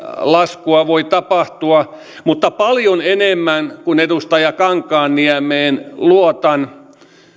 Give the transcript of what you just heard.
laskua voi tapahtua mutta paljon enemmän kuin edustaja kankaanniemeen luotan